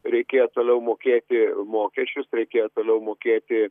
reikėjo toliau mokėti mokesčius reikėjo toliau mokėti